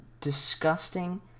disgusting